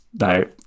No